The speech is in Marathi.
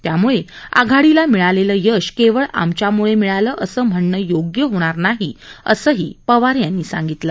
त्यामुळे आघाडीला मिळालेलं यश केवळ आमच्याम्ळे मिळालं असं म्हणणं योग्य होणार नाही असंही त्यांनी सांगितलं